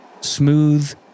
Smooth